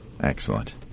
Excellent